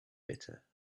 bitter